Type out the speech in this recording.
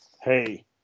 hey